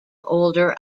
older